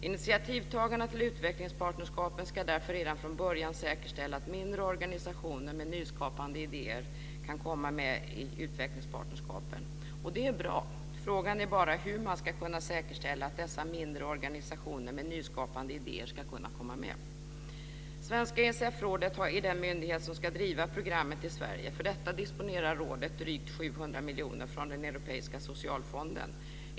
Initiativtagarna till utvecklingspartnerskapen skall därför redan från början säkerställa att mindre organisationer med nyskapande idéer kan komma med i utvecklingspartnerskapen." Det är bra. Frågan är bara hur man ska kunna säkerställa att dessa mindre organisationer med nyskapande idéer ska kunna komma med. Svenska ESF-rådet är den myndighet som ska driva programmet i Sverige. För detta disponerar rådet drygt 700 miljoner från den europeiska socialfonden.